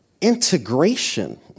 integration